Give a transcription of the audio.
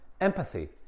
Empathy